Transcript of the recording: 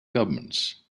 governments